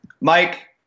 Mike